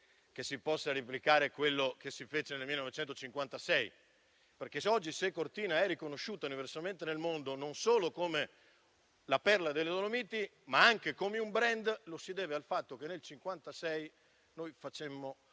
che si possa replicare quello che si fece nel 1956. Se oggi Cortina è riconosciuta universalmente nel mondo non solo come la perla delle Dolomiti, ma anche come un *brand,* lo si deve al fatto che nel 1956 noi facemmo